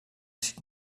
sieht